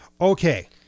Okay